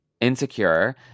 Insecure